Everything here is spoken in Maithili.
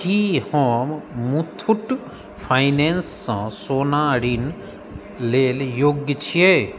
की हम मुथूट फाइनेंस सँ सोना ऋण लेल योग्य छियै